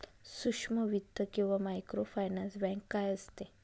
सूक्ष्म वित्त किंवा मायक्रोफायनान्स बँक काय असते?